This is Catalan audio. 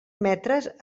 metres